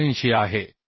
86 आहे